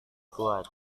kuat